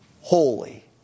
holy